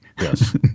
Yes